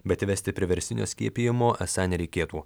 bet įvesti priverstinio skiepijimo esą nereikėtų